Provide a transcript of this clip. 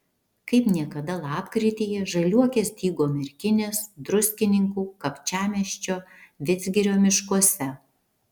kaip niekada lapkrityje žaliuokės dygo merkinės druskininkų kapčiamiesčio vidzgirio miškuose